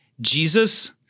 Jesus